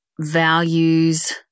values